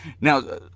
Now